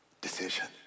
decision